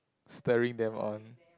stirring them on